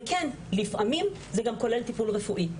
וכן - לפעמים זה גם כולל טיפול רפואי.